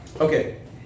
Okay